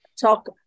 talk